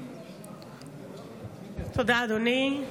תודה, אדוני.